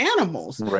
animals